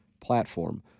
platform